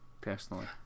personally